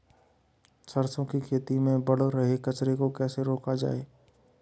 सरसों की खेती में बढ़ रहे कचरे को कैसे रोका जाए?